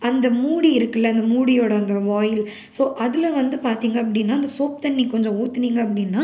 அந்த மூடி இருக்குல்ல அந்த மூடியோடய அந்த வாயில் ஸோ அதில் வந்து பார்த்தீங்க அப்படின்னா அந்த சோப் தண்ணி கொஞ்சம் ஊற்றினீங்க அப்படின்னா